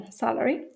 salary